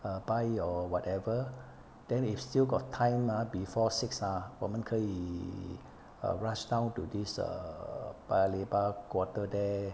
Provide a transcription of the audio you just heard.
err buy your whatever then if still got time ah before six ah 我们可以 rush down to this err paya lebar quarter there